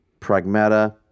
Pragmata